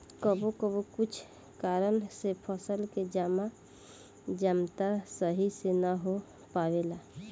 कबो कबो कुछ कारन से फसल के जमता सही से ना हो पावेला